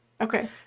Okay